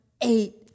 eight